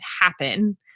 happen